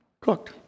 Cooked